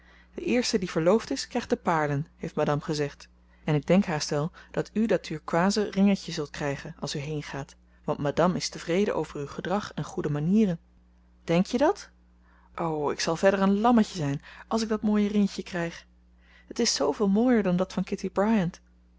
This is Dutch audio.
de eerste die verloofd is krijgt de paarlen heeft madame gezegd en ik denk haast wel dat u dat turkooizen ringetje zult krijgen als u heengaat want madame is tevreden over uw gedrag en goede manieren denk je dàt o ik zal verder een lammetje zijn als ik dat mooie ringetje krijg het is zooveel mooier dan dat van